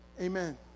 Amen